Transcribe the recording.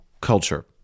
culture